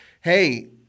hey